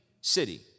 city